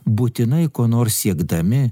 būtinai ko nors siekdami